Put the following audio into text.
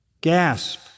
gasp